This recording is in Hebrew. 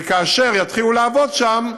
וכאשר יתחילו לעבוד שם,